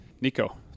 Nico